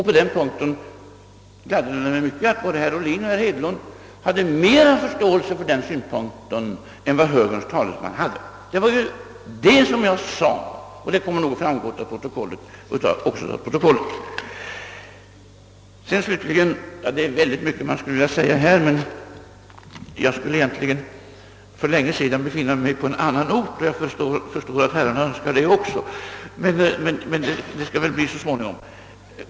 På den punkten gladde det mig mycket att både herr Ohlin och herr Hedlund hade mera förståelse för den synpunkten än vad högerns talesman hade. Det var det som jag sade, och det kommer nog att framgå av protokollet. De är mycket jag här skulle kunna säsa, men egentligen skulle jag för länge sedan ha befunnit mig på annan ort, och jag förstår att herrarna hade tänkt detsamma. Men det skall väl bli så så småningom.